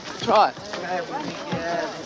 Try